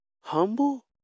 humble